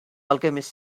alchemist